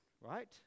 right